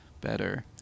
better